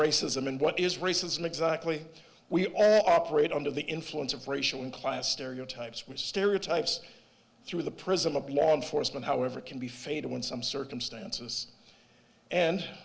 racism and what is racism exactly we operate under the influence of racial and class stereotypes which stereotypes through the prism of law enforcement however can be fatal in some circumstances and